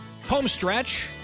Homestretch